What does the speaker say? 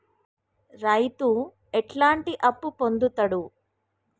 రైతు ఎట్లాంటి అప్పు పొందుతడు?